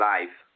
Life